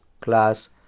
class